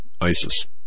ISIS